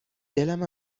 دلم